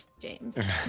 James